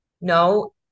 No